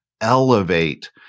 elevate